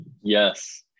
Yes